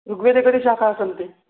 ऋग्वेदे कति शाखाः सन्ति